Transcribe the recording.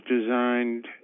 designed